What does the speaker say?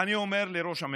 אני אומר לראש הממשלה,